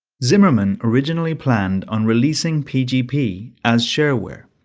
zimmermann originally planned on releasing pgp as shareware.